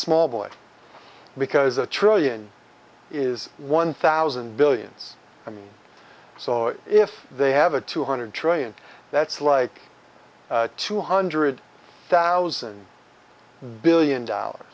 small boy because a trillion is one thousand billions i mean so if they have a two hundred trillion that's like two hundred thousand billion dollars